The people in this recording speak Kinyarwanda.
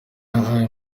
yabaye